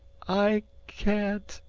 i ca-an't!